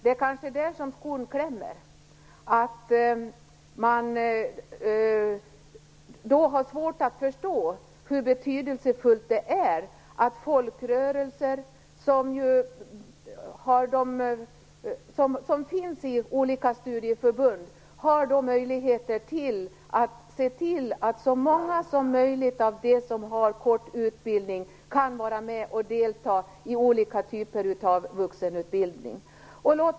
Det är kanske där skon klämmer: Man har svårt att förstå hur betydelsefullt det är att folkrörelser, som finns inom olika studieförbund, har möjlighet att se till att så många som möjligt av dem som har kort utbildning kan vara med och delta i olika typer av vuxenutbildning.